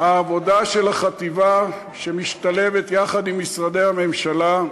העבודה של החטיבה, שמשתלבת יחד עם משרדי הממשלה,